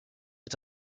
est